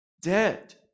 dead